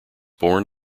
born